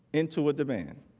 into a demand.